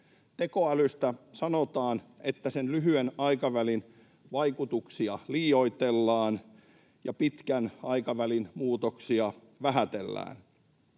Tekoälystä sanotaan, että sen lyhyen aikavälin vaikutuksia liioitellaan ja pitkän aikavälin muutoksia vähätellään.